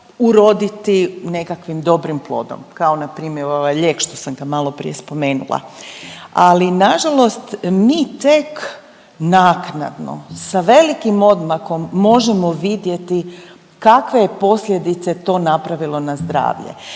uroditi nekakvim dobrim plodom, kao npr. ovaj lijek što sam ga maloprije spomenula, ali nažalost mi tek naknadno sa velikim odmakom možemo vidjeti kakve je posljedice to napravilo na zdravlje.